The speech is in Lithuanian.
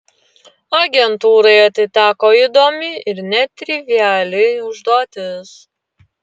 agentūrai atiteko įdomi ir netriviali užduotis